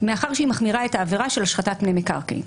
מאחר שהיא מחמירה את העבירה של השחתת פני מקרקעין.